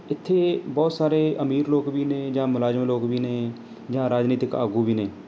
ਇੱਥੇ ਬਹੁਤ ਸਾਰੇ ਅਮੀਰ ਲੋਕ ਵੀ ਨੇ ਜਾਂ ਮੁਲਾਜ਼ਮ ਲੋਕ ਵੀ ਨੇ ਜਾਂ ਰਾਜਨੀਤਿਕ ਆਗੂ ਵੀ ਨੇ